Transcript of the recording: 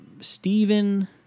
Stephen